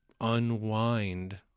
unwind